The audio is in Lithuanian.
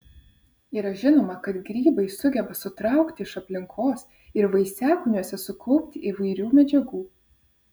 yra žinoma kad grybai sugeba sutraukti iš aplinkos ir vaisiakūniuose sukaupti įvairių medžiagų